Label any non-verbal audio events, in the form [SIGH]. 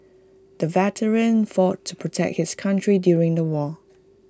[NOISE] the veteran fought to protect his country during the war